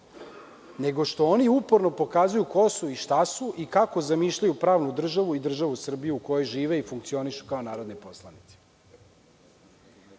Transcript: nego što oni uporno pokazuju ko su i šta su i kako zamišljaju pravnu državu i državu Srbiju u kojoj žive i funkcionišu kao narodni poslanici. Ponavljam